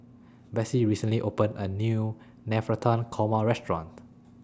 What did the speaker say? Besse recently opened A New Navratan Korma Restaurant